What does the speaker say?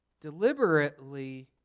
deliberately